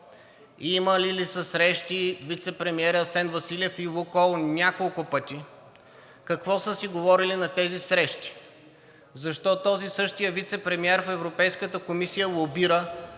Имали ли са срещи вицепремиерът Асен Василев и „Лукойл“ няколко пъти и какво са си говорили на тези срещи? Защо този същият вицепремиер в Европейската комисия лобира